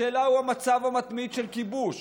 השאלה היא המצב המתמיד של כיבוש,